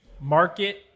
Market